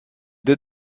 deux